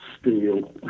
steel